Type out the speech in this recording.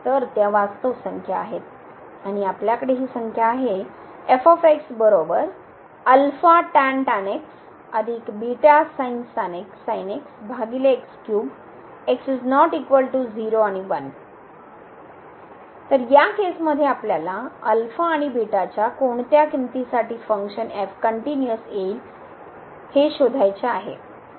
तर त्या वास्तव संख्या आहेत आणि आपल्याकडे ही संख्या आहे तर या केसमध्ये आपल्याला आणि कोणत्या किंमतीसाठी फंक्शन f कनट्युनिअस येईल हे हे शोधायचे आहेत